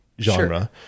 genre